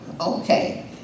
okay